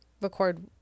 record